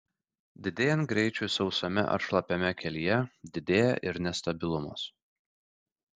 didėjant greičiui sausame ar šlapiame kelyje didėja ir nestabilumas